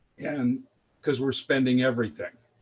and because we're spending everything.